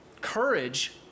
courage